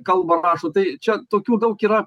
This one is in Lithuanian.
kalba rašo tai čia tokių daug yra